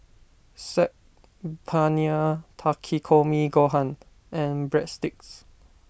Saag Paneer Takikomi Gohan and Breadsticks